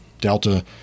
Delta